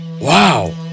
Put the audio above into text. Wow